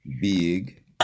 Big